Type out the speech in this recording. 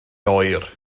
oer